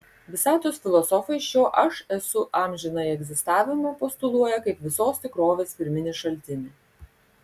visatos filosofai šio aš esu amžinąjį egzistavimą postuluoja kaip visos tikrovės pirminį šaltinį